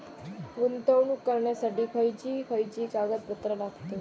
गुंतवणूक करण्यासाठी खयची खयची कागदपत्रा लागतात?